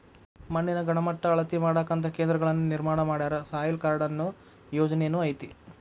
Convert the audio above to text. ಮಣ್ಣಿನ ಗಣಮಟ್ಟಾ ಅಳತಿ ಮಾಡಾಕಂತ ಕೇಂದ್ರಗಳನ್ನ ನಿರ್ಮಾಣ ಮಾಡ್ಯಾರ, ಸಾಯಿಲ್ ಕಾರ್ಡ ಅನ್ನು ಯೊಜನೆನು ಐತಿ